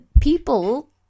People